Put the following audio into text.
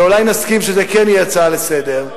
ואולי נסכים שזאת כן תהיה הצעה לסדר.